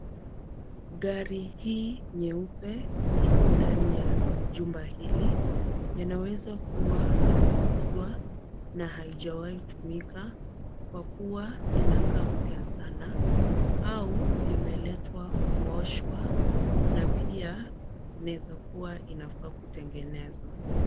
Gari hii nyeupe iko ndani ya jumba hili. Yanaweza kuwa la kuuzwa na haijawahi tumika kwa kuwa linakaa mpya sana au limeletwa kuoshwa na pia inaweza kuwa inafaa kutengenezwa.